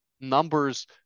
numbers